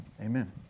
Amen